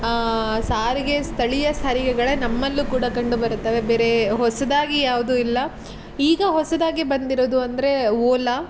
ಸಾರಿಗೆ ಸ್ಥಳೀಯ ಸಾರಿಗೆಗಳೇ ನಮ್ಮಲ್ಲೂ ಕೂಡ ಕಂಡುಬರುತ್ತವೆ ಬೇರೆ ಹೊಸದಾಗಿ ಯಾವುದೂ ಇಲ್ಲ ಈಗ ಹೊಸದಾಗಿ ಬಂದಿರೋದು ಅಂದರೆ ಓಲಾ